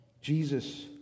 Jesus